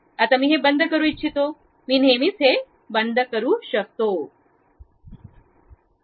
आता मी हे बंद करू इच्छितो मी नेहमीच ते बंद करू शकतो